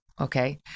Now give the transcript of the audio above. okay